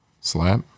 Slap